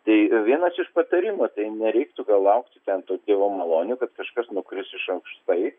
tai vienas iš patarimų nereiktų gal laukti ten to dievo malonių kad kažkas nukris iš aukštai